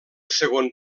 segon